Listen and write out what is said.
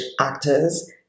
actors